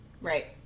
Right